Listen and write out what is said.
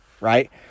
right